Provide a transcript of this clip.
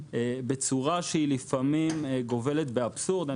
בצורה שגובלת לפעמים באבסורד.